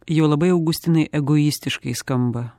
jau labai augustinai egoistiškai skamba